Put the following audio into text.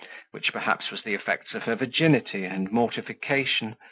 which, perhaps, was the effects of her virginity and mortification,